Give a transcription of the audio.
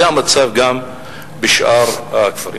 זה המצב גם בשאר הכפרים.